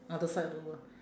other side of the world